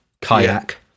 kayak